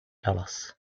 dallas